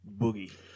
Boogie